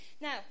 Now